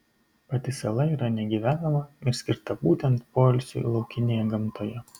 pati sala yra negyvenama ir skirta būtent poilsiui laukinėje gamtoje